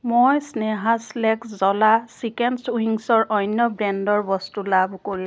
মই স্নেহা চিলেক্ট জ্বলা চিকেনচ উইঙছৰ অন্য ব্ৰেণ্ডৰ বস্তু লাভ কৰি